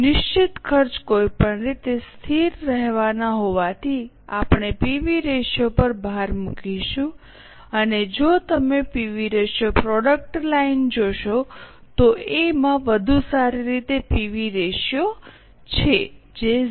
નિશ્ચિત ખર્ચ કોઈપણ રીતે સ્થિર રહેવાના હોવાથી આપણે પીવી રેશિયો પર ભાર મૂકીશું અને જો તમે પીવી રેશિયો પ્રોડક્ટ લાઇન જોશો તો એ માં વધુ સારી પીવી રેશિયો છે જે 0